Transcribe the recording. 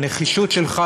הנחישות שלך,